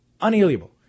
unalienable